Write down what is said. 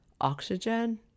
oxygen